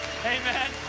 Amen